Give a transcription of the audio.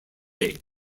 date